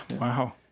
wow